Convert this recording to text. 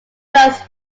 was